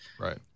Right